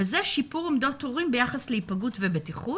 וזה שיפור עמדות הורים ביחס להיפגעות ובטיחות,